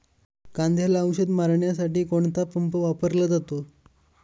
कांद्याला औषध मारण्यासाठी कोणता पंप वापरला जातो?